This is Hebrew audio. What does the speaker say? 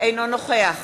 אינו נוכח